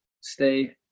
stay